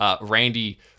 Randy